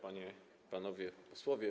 Panie i Panowie Posłowie!